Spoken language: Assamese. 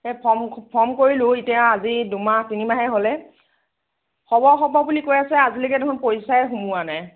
সেই ফ্ৰম ফৰ্ম কৰিলো এতিয়া আজি দুমাহ তিনিমাহে হ'ল হ'ব হ'ব বুলি কৈ আছে আজিলৈকে দেখোন পইচাই সোমোৱা নাই